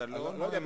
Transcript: אתה לא נואם.